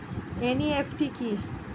NEFT কি?